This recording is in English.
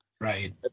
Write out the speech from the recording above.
Right